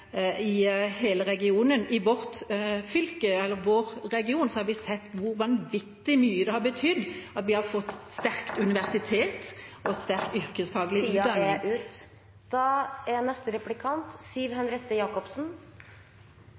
i hele regionen. I vårt fylke, eller vår region, har vi sett hvor vanvittig mye det har betydd at vi har fått sterkt universitet og sterk yrkesfaglig